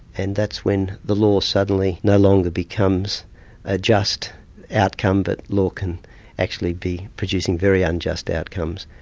and that's when the law suddenly no longer becomes a just outcome, but law can actually be producing very unjust outcomes,